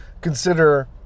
consider